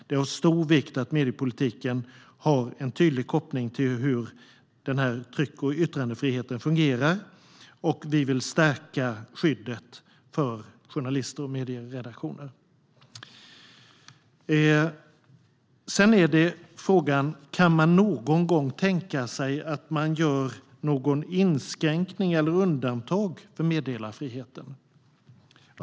Det är av stor vikt att mediepolitiken har en tydlig koppling till hur tryck och yttrandefriheten fungerar, och vi vill stärka skyddet för journalister och medieredaktioner. Sedan är frågan: Kan man någon gång tänka sig att göra någon inskränkning i eller undantag från meddelarfriheten?